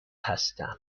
هستم